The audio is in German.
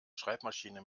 schreibmaschine